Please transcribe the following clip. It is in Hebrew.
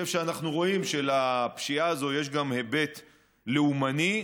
אני חושב שאנחנו רואים שלפשיעה הזאת יש גם היבט לאומני.